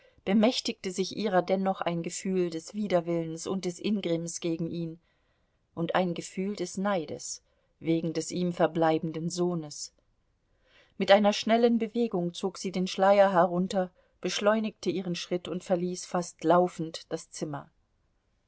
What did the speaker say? bemächtigte sich ihrer dennoch ein gefühl des widerwillens und des ingrimms gegen ihn und ein gefühl des neides wegen des ihm verbleibenden sohnes mit einer schnellen bewegung zog sie den schleier herunter beschleunigte ihren schritt und verließ fast laufend das zimmer